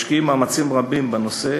משקיעים מאמצים רבים בנושא,